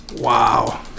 wow